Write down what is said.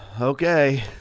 okay